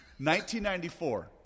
1994